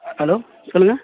hello சொல்லுங்க